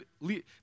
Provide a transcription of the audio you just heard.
lead